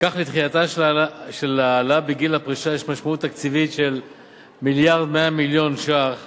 כך לדחייתה של העלאה בגיל הפרישה יש משמעות תקציבית של 1.1 מיליארד ש"ח